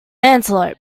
antelope